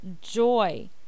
joy